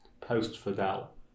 post-Fidel